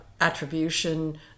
attribution